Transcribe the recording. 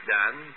done